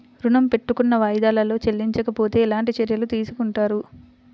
ఋణము పెట్టుకున్న వాయిదాలలో చెల్లించకపోతే ఎలాంటి చర్యలు తీసుకుంటారు?